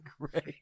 great